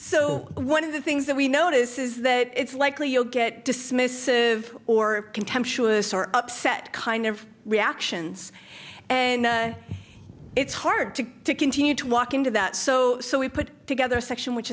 so one of the things that we notice is that it's likely you'll get dismissive or contemptuous or upset kind of reactions and it's hard to to continue to walk into that so we put together a section which